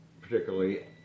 particularly